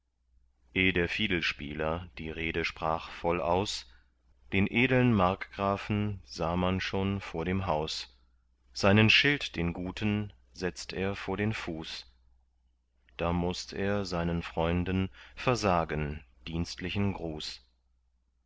der fiedelspieler die rede sprach voll aus den edeln markgrafen sah man schon vor dem haus seinen schild den guten setzt er vor den fuß da mußt er seinen freunden versagen dienstlichen gruß